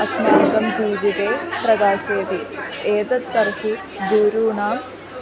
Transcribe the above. अस्माकं जीवने प्रकाश्यते एतत् तर्हि गूरूणां